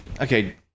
okay